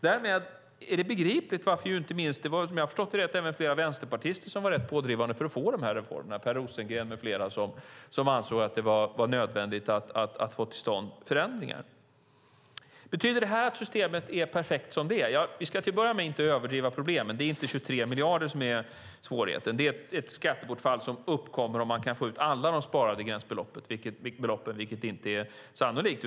Vad jag har förstått var det flera vänsterpartister som var pådrivande för att få igenom de här reformerna. Per Rosengren med flera ansåg att det var nödvändigt att få till stånd förändringar. Betyder det här att systemet är perfekt som det är? Till att börja med ska vi inte överdriva problemen. Det är inte 23 miljarder som är svårigheten, utan det är ett skattebortfall som uppkommer om man kan få ut alla de sparade gränsbeloppen, vilket inte är sannolikt.